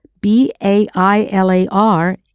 B-A-I-L-A-R